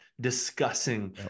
discussing